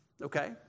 Okay